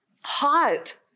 hot